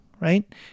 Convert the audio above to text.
right